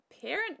Parent